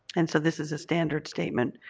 and so this is a standard statement,